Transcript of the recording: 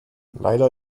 leider